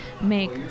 make